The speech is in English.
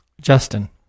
Justin